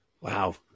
Wow